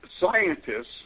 scientists